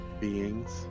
beings